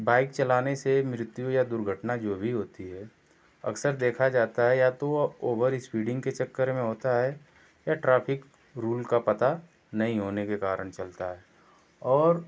bike चलाने से मृत्यु या दुर्घटना जो भी होती है अक्सर देखा जाता है या तो वह ओभरस्पीडिंग के चक्कर में होता है या ट्रैफ़िक रूल का पता नहीं होने के कारण चलता है और